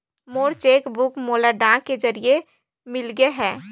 मोर cheque book मोला डाक के जरिए मिलगे हे